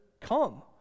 come